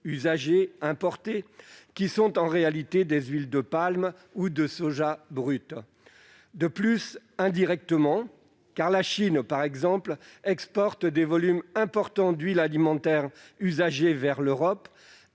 usagées importées, qui sont en réalité des huiles de palme ou de soja brut. La Chine, par exemple, exporte des volumes importants d'huiles alimentaires usagées vers l'Europe